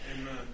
Amen